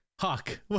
Hawk